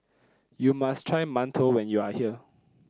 you must try mantou when you are here